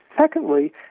secondly